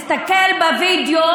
סתם עשו את זה?